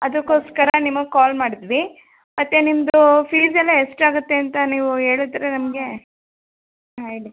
ಅದಕ್ಕೋಸ್ಕರ ನಿಮಗೆ ಕಾಲ್ ಮಾಡಿದ್ವಿ ಮತ್ತೆ ನಿಮ್ದು ಫೀಸ್ ಎಲ್ಲ ಎಷ್ಟಾಗುತ್ತೆ ಅಂತ ನೀವು ಹೇಳಿದ್ರೆ ನಮಗೆ ಹಾಂ ಹೇಳಿ